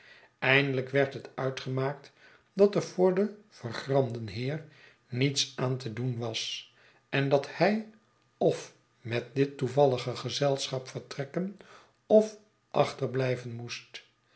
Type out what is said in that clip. eindelijk werd het uitgemaakt dat er voor den vergramden heer niets aan te doen was en dat hij of met dit toevallige gezelschap vertrekken of achterblijven moest